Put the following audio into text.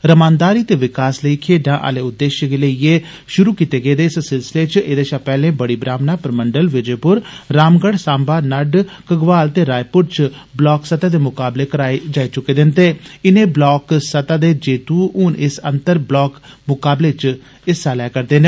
'रमानदारी ते विकास लेई खेडा' आले उद्देष्य गी लेइयै षुरु कीते गेदे इस सिलसिले च एदे षा पैहले बड़ी ब्राह्मणा परमंडल विजयपुर रामगढ़ साम्बा नड्ड घगवाल ते रायपुर च ब्लाक स्तह दे मुकाबले कराए गे हे ते इनें ब्लाक स्तह दे जेतू हून इस अंतरब्लाक मुकाबले बाजी च हिस्सा लै करदे न